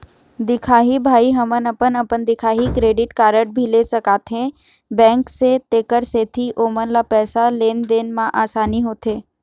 दिखाही भाई हमन अपन अपन दिखाही क्रेडिट कारड भी ले सकाथे बैंक से तेकर सेंथी ओमन ला पैसा लेन देन मा आसानी होथे?